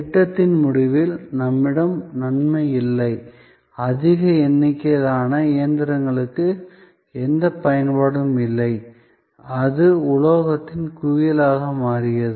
திட்டத்தின் முடிவில் நம்மிடம் நன்மை இல்லை அதிக எண்ணிக்கையிலான இயந்திரங்களுக்கு எந்தப் பயன்பாடும் இல்லை அது உலோகத்தின் குவியலாக மாறியது